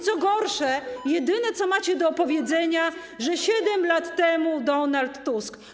Co gorsze, jedyne, co macie do powiedzenia, to to, że 7 lat temu Donald Tusk.